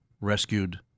rescued